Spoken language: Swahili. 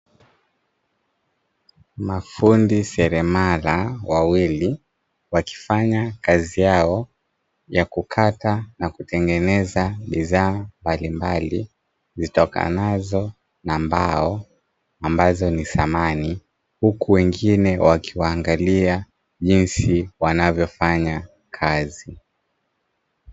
Mafundi seremala wawili wakifanya kazi yao ya kukata na kutengeneza bidhaa mbalimbali zitokanazo na mbao ambazo ni samani, huku wengine wakiwaangalia jinsi wanavyofanya kazi.